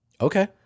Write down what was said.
Okay